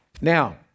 Now